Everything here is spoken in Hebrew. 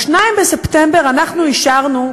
ב-2 בספטמבר אנחנו אישרנו,